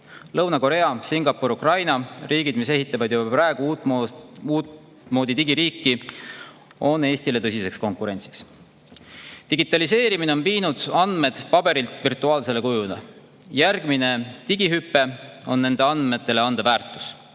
Lõuna-Korea, Singapur, Ukraina – riigid, mis ehitavad juba praegu uutmoodi digiriiki – on Eestile tõsiseks konkurendiks. Digitaliseerimine on viinud andmed paberilt virtuaalsele kujule. Järgmine digihüpe on anda nendele andmetele väärtus,